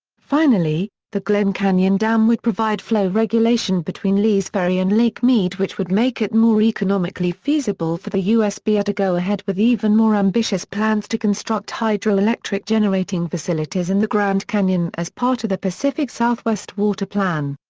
finally, the glen canyon dam would provide flow regulation between between lee's ferry and lake mead which would make it more economically feasible for the usbr to go ahead with even more ambitious plans to construct hydroelectric generating facilities in the grand canyon as part of the pacific southwest water plan.